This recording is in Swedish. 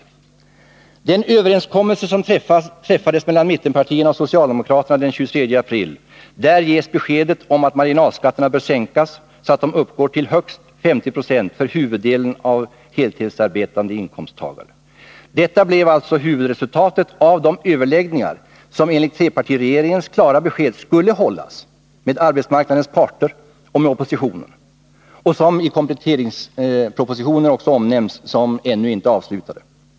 I den överenskommelse som träffades mellan mittenpartierna och socialdemokraterna den 23 april ges beskedet att marginalskatterna bör sänkas så att de uppgår till högst 50 26 för huvuddelen av heltidsarbetande inkomsttagare. Detta blev alltså huvudresultatet av de överläggningar som enligt trepartiregeringens klara besked skulle hållas med arbetsmarknadens parter och med oppositionen, och som i kompletteringspropositionen också omnämns som ännu inte avslutade.